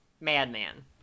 madman